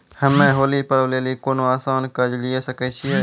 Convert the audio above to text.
हम्मय होली पर्व लेली कोनो आसान कर्ज लिये सकय छियै?